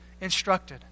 instructed